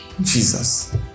Jesus